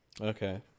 Okay